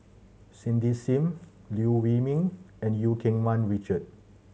Cindy Sim Liew Wee Mee and Eu Keng Mun Richard